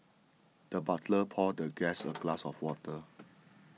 the butler poured the guest a glass of water